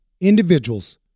individuals